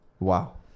Wow